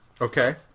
Okay